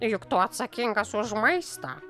juk tu atsakingas už maistą